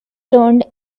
turned